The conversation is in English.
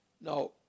Now